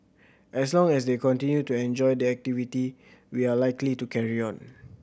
as long as they continue to enjoy the activity we are likely to carry on